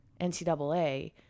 ncaa